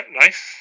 nice